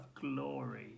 glory